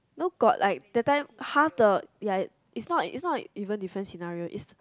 know got that time half the ya it's not it's not even different scenario